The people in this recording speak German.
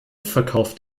verkauft